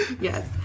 Yes